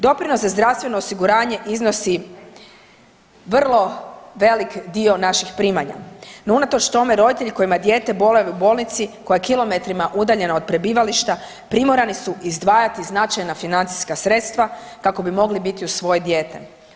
Doprinos za zdravstvo osiguranje iznosi vrlo velik dio naših primanja no unatoč tome roditelji kojima dijete boravi u bolnici koja je kilometrima udaljena od prebivališta, primorani su izdvajati značajna financijska sredstva kako bi mogli biti uz svoje dijete.